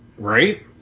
Right